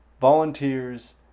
volunteers